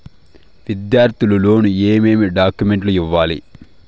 విద్యార్థులు లోను ఏమేమి డాక్యుమెంట్లు ఇవ్వాలి?